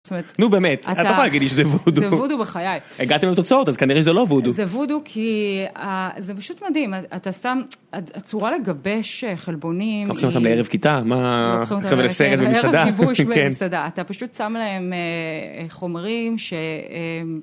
נו באמת, אתה לא יכול להגיד שזה וודו. זה וודו בחיי. הגעתם לתוצאות אז כנראה שזה לא וודו. זה וודו כי זה פשוט מדהים. אתה שם, הצורה לגבש חלבונים. לוקחים אותם לערב כיתה? לוקחים אותם לערב סרט במסעדה? לערב גיבוש במסעדה. אתה פשוט שם להם חומרים ש...